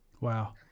wow